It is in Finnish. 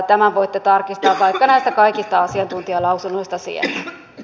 tämän voitte tarkistaa vaikka näistä kaikista asiantuntijalausunnoista siellä